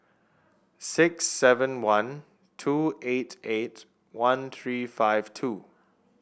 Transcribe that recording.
six seven one two eight eight one three five two